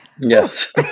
yes